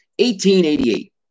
1888